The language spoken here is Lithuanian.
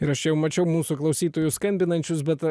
ir aš čia jau mačiau mūsų klausytojus skambinančius bet